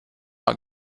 not